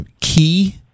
key